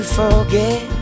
forget